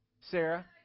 Sarah